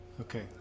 okay